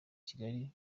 kigali